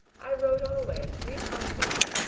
i wrote always three times a week,